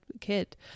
kid